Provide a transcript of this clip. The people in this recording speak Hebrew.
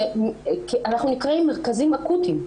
אנחנו נקראים מרכזים אקוטיים,